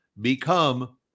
become